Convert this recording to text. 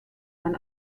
man